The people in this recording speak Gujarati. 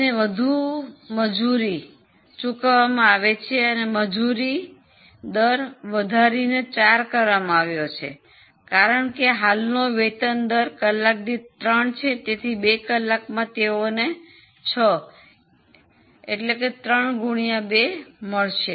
તેમને વધુ મજૂરી ચૂકવવામાં આવે છે અને મજૂરી દર વધારીને 4 કરવામાં આવ્યું છે કારણ કે હાલનો વેતન દર કલાક દીઠ 3 છે તેથી ૨ કલાક માં તેઓને 6 મળશે